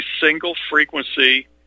single-frequency